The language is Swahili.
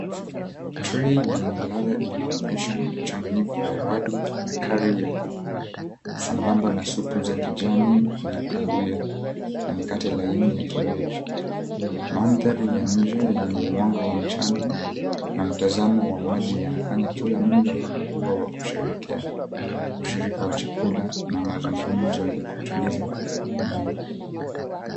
Trei yenye ladha inaonyesha mchanganyiko wa wali na kari ya kuku sambamba na supu za kijani na kahawia na mikate laini ya kinywaji. Mandhari ya nje yenye mwanga wa mchana na mtazamo wa maji yanafanya kila mlo kuwa wa kusherehekea, ushirika wa chakula na mazungumzo ya kutuliza mwili.